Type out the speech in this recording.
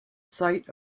site